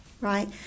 right